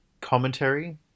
commentary